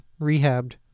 rehabbed